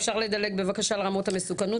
אפשר לדלג על רמות המסוכנות.